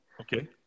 Okay